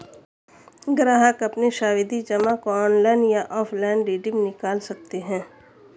ग्राहक अपनी सावधि जमा को ऑनलाइन या ऑफलाइन रिडीम निकाल सकते है